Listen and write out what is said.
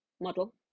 model